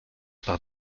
par